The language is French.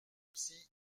psy